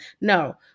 No